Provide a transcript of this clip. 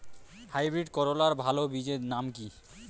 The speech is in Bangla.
হাইব্রিড করলার ভালো বীজের নাম কি?